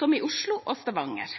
som i Oslo og Stavanger.